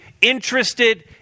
interested